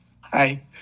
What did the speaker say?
Hi